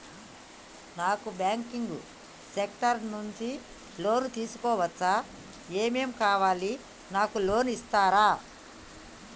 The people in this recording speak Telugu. నాకు బ్యాంకింగ్ సెక్టార్ నుంచి లోన్ తీసుకోవచ్చా? ఏమేం కావాలి? నాకు లోన్ ఇస్తారా?